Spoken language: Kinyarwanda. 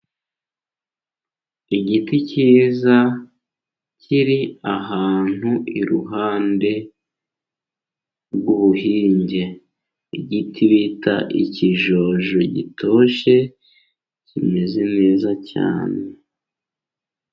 Igiti cyiza kiri ahantu iruhande rw'ubuhinge. Igiti bita ikijojo gitoshye, kimeze neza cyane.